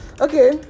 Okay